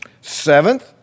Seventh